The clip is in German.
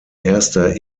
erster